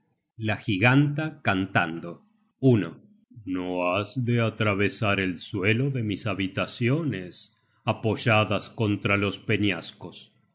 la giganta cantando no has de atravesar el suelo de mis habitaciones apoyadas contra los peñascos